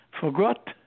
forgot